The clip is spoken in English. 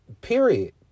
Period